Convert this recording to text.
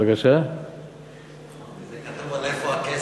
זה כתוב על איפה הכסף.